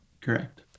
Correct